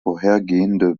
vorhergehende